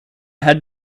head